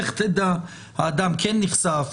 לך תדע האדם כן נחשף,